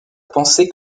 penser